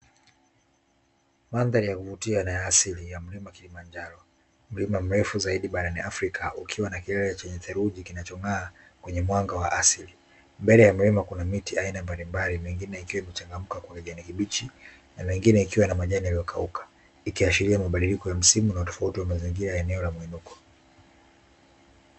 Mandhari ya kuvutia na ya asili ya mlima Kilimanjaro, mlima mrefu zaidi barani Afrika, ukiwa na kilele chenye dheluji kinachong'aa kwenye mwanga wa asili. Mbele ya mlima kuna miti aina mbalimbali, mingine ikiwa imechangamka kwa kijani kibichi na mingine ikiwa na majani yaliyokauka, ikiashairia mabadiliko ya msimu na utofauti wa mazingira ya eneo la mwinuko.